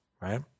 right